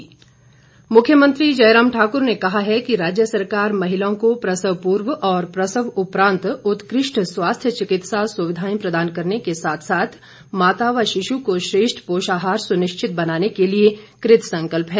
मुख्यमंत्री मुख्यमंत्री जयराम ठाकुर ने कहा है कि राज्य सरकार महिलाओं को प्रसव पूर्व और प्रसव उपरांत उत्कृष्ट स्वास्थ्य चिकित्सा सुविधाएं प्रदान करने के साथ साथ माता व शिशु को श्रेष्ठ पोषाहार सुनिश्चित बनाने के लिए कृत संकल्प है